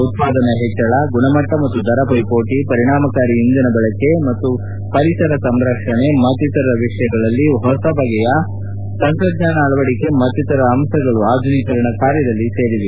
ಉತ್ಪಾದನೆ ಹೆಚ್ಚಳ ಗುಣಮಟ್ಟ ಮತ್ತು ದರ ಪೈಮೋಟ ಪರಿಣಾಮಕಾರಿ ಇಂಧನ ಬಳಕೆ ಮತ್ತು ಪರಿಸರ ಸಂರಕ್ಷಣೆ ಮತ್ತಿತರ ವಿಷಯಗಳಲ್ಲಿ ಹೊಸ ಬಗೆಯ ತಂತ್ರಜ್ಞಾನ ಅಳವಡಿಕೆ ಮತ್ತಿತರ ಅಂಶಗಳು ಆಧುನೀಕರಣ ಕಾರ್ತದಲ್ಲಿ ಸೇರಿವೆ